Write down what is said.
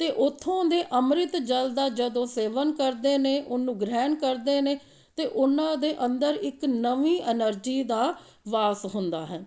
ਅਤੇ ਉੱਥੋਂ ਦੇ ਅੰਮ੍ਰਿਤ ਜਲ ਦਾ ਜਦੋਂ ਸੇਵਨ ਕਰਦੇ ਨੇ ਉਹਨੂੰ ਗ੍ਰਹਿਣ ਕਰਦੇ ਨੇ ਅਤੇ ਉਹਨਾਂ ਦੇ ਅੰਦਰ ਇੱਕ ਨਵੀਂ ਐਨਰਜੀ ਦਾ ਵਾਸ ਹੁੰਦਾ ਹੈ